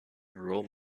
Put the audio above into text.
rural